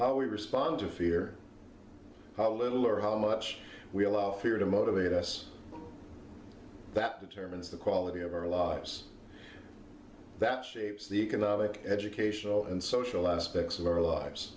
how we respond to fear how little or how much we allow fear to motivate us that determines the quality of our lives that shapes the economic educational and social aspects of our lives